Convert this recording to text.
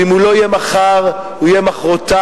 ואם הוא לא יהיה מחר הוא יהיה מחרתיים,